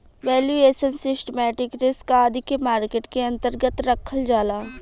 valuation, systematic risk आदि के market के अन्तर्गत रखल जाला